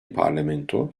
parlamento